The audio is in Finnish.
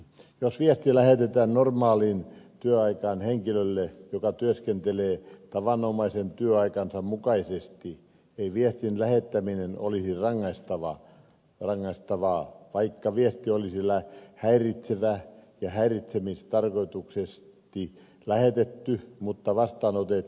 jos viesti lähetetään normaaliin työaikaan henkilölle joka työskentelee tavanomaisen työaikansa mukaisesti ei viestin lähettäminen olisi rangaistavaa vaikka viesti olisi häiritsevä ja häiritsemistarkoituksellisesti lähetetty mutta vastaanotettu työpaikalla